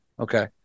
Okay